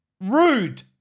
rude